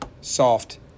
soft